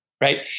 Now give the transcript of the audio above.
Right